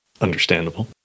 Understandable